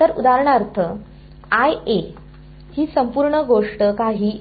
तर उदाहरणार्थ ही संपूर्ण गोष्ट काही